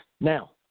Now